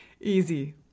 easy